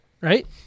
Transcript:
right